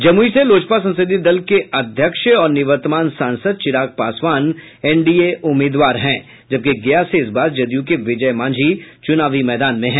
जमुई से लोजपा संसदीय दल के अध्यक्ष और निवर्तमान सांसद चिराग पासवान एनडीए उम्मीदवार हैं जबकि गया से इस बार जदयू के विजय मांझी चुनावी मैदान में हैं